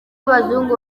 abazungu